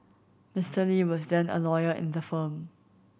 Mister Lee was then a lawyer in the firm